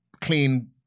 clean